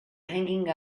hanging